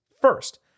first